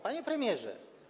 Panie Premierze!